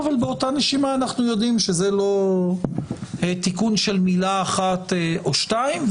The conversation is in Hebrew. אבל באותה נשימה אנחנו יודעים שזה לא תיקון של מילה אחת או שתיים.